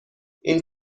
این